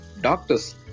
Doctors